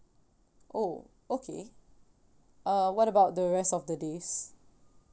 oh okay uh what about the rest of the days